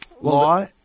Law